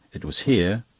it was here,